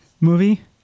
movie